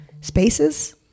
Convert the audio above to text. spaces